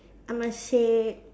I must say